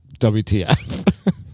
WTF